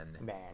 man